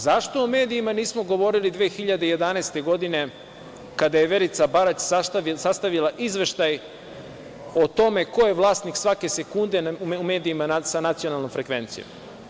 Zašto o medijima nismo govorili 2011. godine kada je Verica Barać sastavila izveštaj o tome ko je vlasnik svake sekunde u medijima sa nacionalnom frekvencijom?